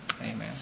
amen